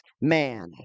man